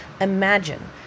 Imagine